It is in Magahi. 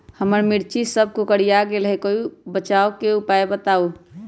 हमर मिर्ची सब कोकररिया गेल कोई बचाव के उपाय है का?